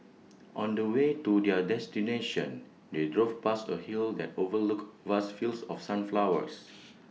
on the way to their destination they drove past A hill that overlooked vast fields of sunflowers